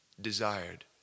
desired